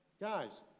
Guys